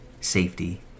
safety